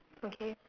okay